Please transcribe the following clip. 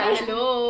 Hello